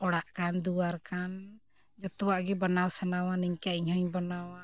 ᱚᱲᱟᱜ ᱠᱟᱱ ᱫᱩᱣᱟᱹᱨ ᱠᱟᱱ ᱡᱷᱚᱛᱚᱣᱟᱜ ᱜᱮ ᱵᱮᱱᱟᱣ ᱥᱟᱱᱟᱣᱟ ᱱᱤᱝᱠᱟᱹ ᱤᱧᱦᱚᱧ ᱵᱮᱱᱟᱣᱟ